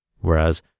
Whereas